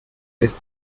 ist